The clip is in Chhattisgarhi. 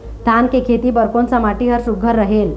धान के खेती बर कोन सा माटी हर सुघ्घर रहेल?